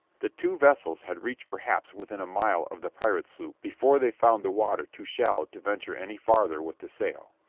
the two vessels had reached perhaps within a mile of the pirate sloop before they found the water too shallow to venture any farther with the sail.